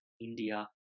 India